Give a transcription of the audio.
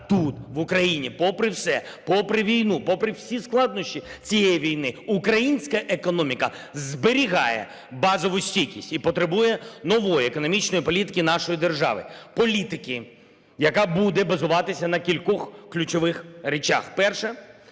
тут, в Україні. Попри все, попри війну, попри всі складнощі цієї війни українська економіка зберігає базову стійкість і потребує нової економічної політики нашої держави. Політики, яка буде базуватися на кількох ключових речах. Перше.